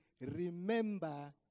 remember